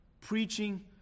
Preaching